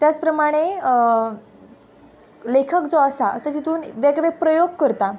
त्याच प्रमाणे लेखक जो आसा आतां तितून वेगळे वेगळे प्रयोग करता